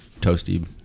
toasty